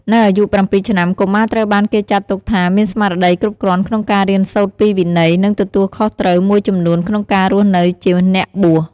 នៅអាយុ ៧ ឆ្នាំ កុមារត្រូវបានគេចាត់ទុកថាមានស្មារតីគ្រប់គ្រាន់ក្នុងការរៀនសូត្រពីវិន័យ និងទទួលខុសត្រូវមួយចំនួនក្នុងការរស់នៅជាអ្នកបួស។